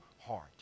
heart